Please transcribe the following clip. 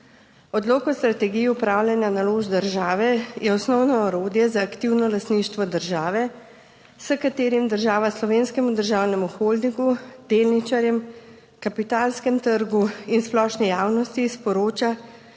Odlok o strategiji upravljanja naložb države je osnovno orodje za aktivno lastništvo države, s katerim država Slovenskemu državnemu holdingu, delničarjem, kapitalskemu trgu in splošni javnosti sporoča